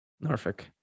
Norfolk